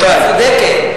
את צודקת.